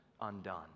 undone